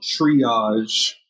triage